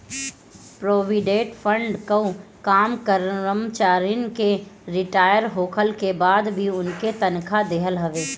provident fund कअ काम करमचारिन के रिटायर होखला के बाद भी उनके तनखा देहल हवे